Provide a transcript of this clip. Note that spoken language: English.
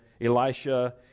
Elisha